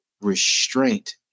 restraint